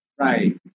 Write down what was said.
Right